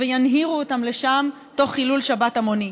וינהירו אותם לשם תוך חילול שבת המוני.